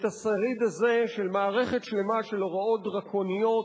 את השריד הזה של מערכת שלמה של הוראות דרקוניות,